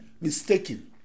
mistaken